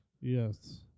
Yes